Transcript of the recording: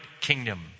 kingdom